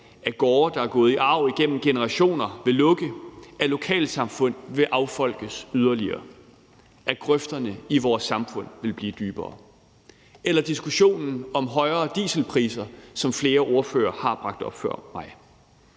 at gårde, der er gået i arv igennem generationer, vil lukke, at lokalsamfund vil affolkes yderligere, at grøfterne i vores samfund vil blive dybere. Der er også diskussionen om højere dieselpriser, som flere ordførere har bragt op før mig.